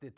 t